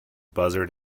buzzard